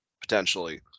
potentially